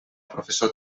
professor